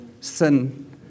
sin